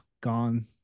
gone